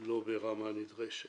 לא ברמה נדרשת.